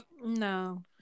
No